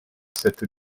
cette